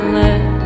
let